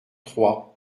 trois